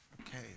Okay